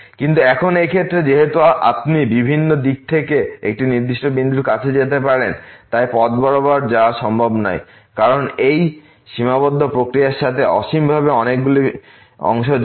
কিন্তু এখন এই ক্ষেত্রে যেহেতু আপনি বিভিন্ন দিক থেকে একটি নির্দিষ্ট বিন্দুর কাছে যেতে পারেন তাই কিছু পথ বরাবর পাওয়া সম্ভব নয় কারণ এই সীমাবদ্ধ প্রক্রিয়ার সাথে অসীমভাবে অনেকগুলি অংশ জড়িত